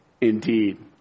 indeed